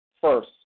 first